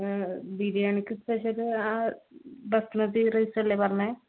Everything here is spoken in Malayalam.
ബിരിയാണിക്ക് സ്പെഷ്യല് ആ ബസ്ണതി റൈസല്ലേ പറഞ്ഞത്